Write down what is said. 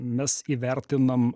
mes įvertinam